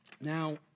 Now